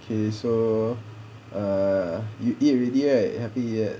okay so err you eat already right haven't eat yet